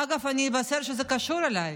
אגב, אני אבשר, זה קשור אליי.